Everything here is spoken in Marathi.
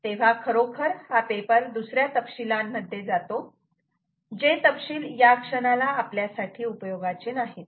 तेव्हा खरोखर हा पेपर दुसऱ्या तपशिलांत मध्ये जातो जे तपशील या क्षणाला आपल्यासाठी उपयोगाचे नाहीत